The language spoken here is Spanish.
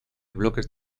bloques